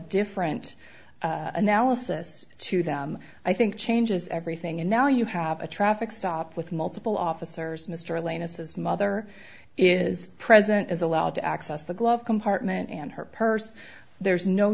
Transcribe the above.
different analysis to them i think changes everything and now you have a traffic stop with multiple officers mr lane as his mother is present is allowed to access the glove compartment and her purse there's no